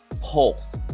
pulse